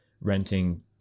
renting